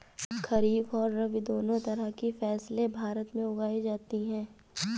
खरीप और रबी दो तरह की फैसले भारत में उगाई जाती है